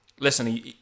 Listen